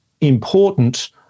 important